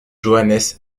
johannes